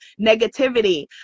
negativity